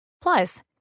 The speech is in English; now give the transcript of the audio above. Plus